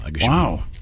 Wow